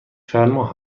فرما